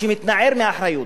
שמתנער מאחריות,